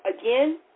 again